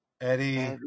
Eddie